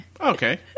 Okay